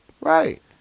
Right